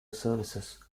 services